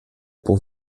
pour